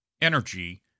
Energy